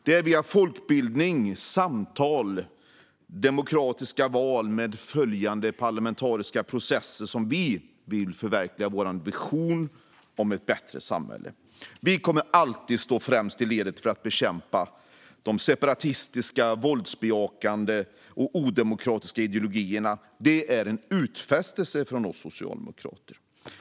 Det är via folkbildning, samtal och demokratiska val med följande parlamentariska processer som vi vill förverkliga vår vision om ett bättre samhälle. Vi kommer alltid att stå främst i ledet för att bekämpa de separatistiska, våldsbejakande och odemokratiska ideologierna. Det är en utfästelse från oss socialdemokrater.